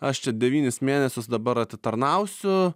aš čia devynis mėnesius dabar atitarnausiu